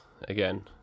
again